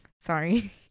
Sorry